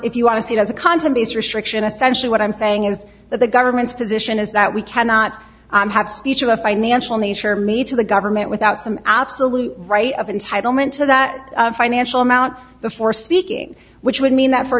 if you want to see it as a content base restriction essentially what i'm saying is that the government's position is that we cannot have speech of a financial nature made to the government without some absolute right of entitlement to that financial amount before speaking which would mean that for